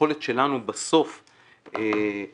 עצם